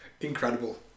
Incredible